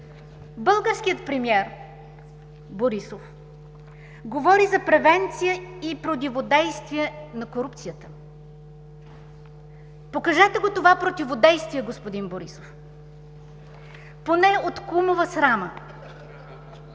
Българският премиер Борисов говори за превенция и противодействие на корупцията. Покажете го това противодействие, господин Борисов! Поне от кумова срама!